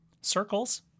Circles